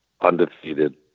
undefeated